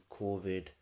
COVID